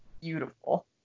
Beautiful